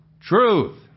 Truth